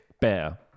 bear